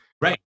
Right